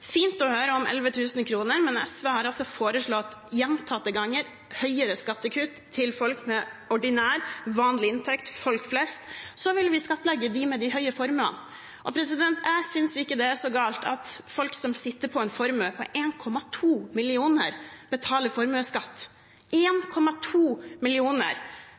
fint å høre om 11 000 kr, men SV har altså gjentatte ganger foreslått høyere skattekutt til folk med ordinær, vanlig inntekt – folk flest. Så vil vi skattlegge dem med de høye formuene. Og jeg synes ikke det er så galt at folk som sitter på en formue på 1,2 mill. kr, betaler formuesskatt.